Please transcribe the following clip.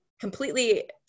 completely